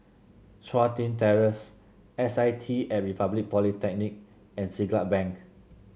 Chun Tin Terrace S I T Republic Polytechnic and Siglap Bank